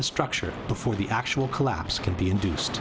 the structure before the actual collapse can be induced